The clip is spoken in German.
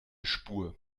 spur